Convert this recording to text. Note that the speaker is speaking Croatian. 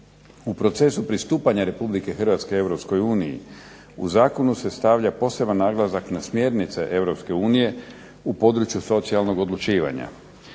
U procesu pristupanja Republike Hrvatske Europskoj uniji u zakonu se stavlja poseban naglasak na smjernice Europske unije u području socijalnog odlučivanja.